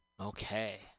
Okay